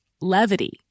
Levity